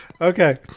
Okay